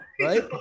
right